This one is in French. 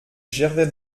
gervais